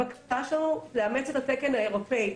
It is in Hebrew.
הבקשה פה לאמץ את התקן האירופאי,